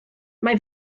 mae